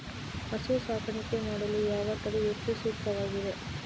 ಹಸು ಸಾಕಾಣಿಕೆ ಮಾಡಲು ಯಾವ ತಳಿ ಹೆಚ್ಚು ಸೂಕ್ತವಾಗಿವೆ?